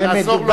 יעזור לו.